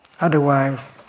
Otherwise